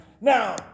Now